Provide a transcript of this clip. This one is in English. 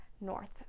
north